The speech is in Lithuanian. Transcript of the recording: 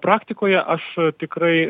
praktikoje aš tikrai